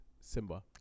Simba